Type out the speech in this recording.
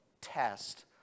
test